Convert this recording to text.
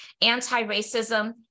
anti-racism